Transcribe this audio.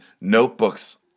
notebooks